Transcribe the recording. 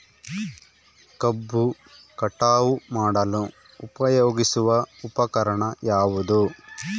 ಕಬ್ಬು ಕಟಾವು ಮಾಡಲು ಉಪಯೋಗಿಸುವ ಉಪಕರಣ ಯಾವುದು?